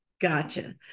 Gotcha